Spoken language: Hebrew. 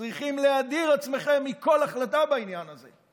צריכים להדיר את עצמכם מכל החלטה בעניין הזה.